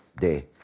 day